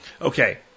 Okay